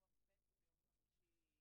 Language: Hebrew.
הוא תמיד מתבייש.